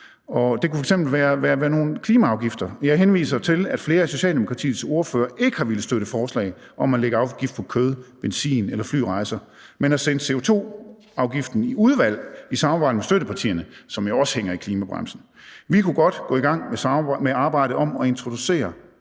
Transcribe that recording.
Det kunne f.eks. være nogle klimaafgifter. Jeg henviser til, at flere af Socialdemokratiets ordførere ikke har villet støtte forslag om at lægge afgift på kød, benzin eller flyrejser, men har sendt CO2-afgiften i udvalg i samarbejde med støttepartierne, som jo også hænger i klimabremsen. Vi kunne godt gå i gang med arbejdet om at introducere